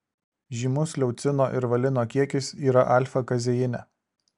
žymus leucino ir valino kiekis yra alfa kazeine